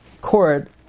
court